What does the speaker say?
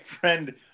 friend